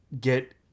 get